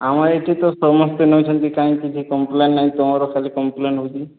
ଆମ ଏଇଠି ତ ସମସ୍ତେ ନେଉଛନ୍ତି କାହିଁ କିଛି କମ୍ପ୍ଲେନ୍ ନାହିଁ ତୁମର ଖାଲି କମ୍ପ୍ଲେନ୍ ହେଉଛି